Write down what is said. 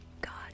God